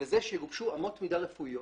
לזה שיגובשו אמות מידה רפואיות